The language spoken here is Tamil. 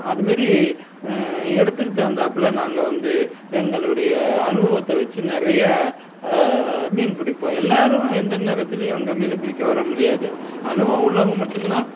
அது மாரி இடத்துக்கு தகுந்தாப்புல நாங்கள் வந்து எங்களுடைய அனுபவத்தை வச்சி நிறைய மீன் பிடிப்போம் எல்லாரும் எந்த நேரத்துலயும் அங்கே மீன் பிடிக்க வர முடியாது அனுபவம் உள்ளவங்கள் மட்டும் தான்